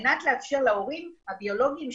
תמיד שאלה שנשאלת בוועדות,